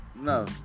No